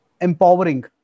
empowering